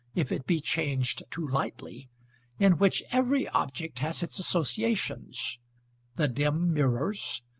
if it be changed too lightly in which every object has its associations the dim mirrors,